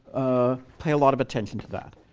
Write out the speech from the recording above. ah pay a lot of attention to that.